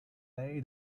lei